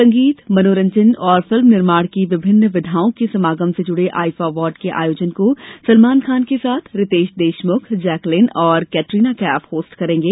संगीत मनोरंजन और फिल्म निर्माण की विभिन्न विधाओं के समागम से जुड़े आईफा अवार्ड के आयोजन को सलमान खान के साथ रितेश देशमुखजैकलिन और केटरिना कैफ होस्ट करेंगे